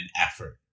effort